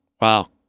Wow